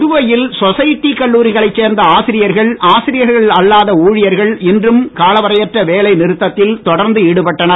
புதுவையில் சொசைட்டி கல்லூரிகளைச் சேர்ந்த ஆசிரியர்கள் ஆசிரியர்கள் அல்லாது ஊழியர்கள் இன்றும் காலவரையற்ற வேலை நிறுத்தத்தில் தொடர்ந்து ஈடுபட்டனர்